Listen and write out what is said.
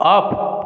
off